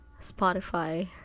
Spotify